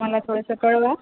मला थोडंसं कळवा